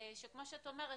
שכמו שאת אומרת,